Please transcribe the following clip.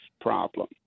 problem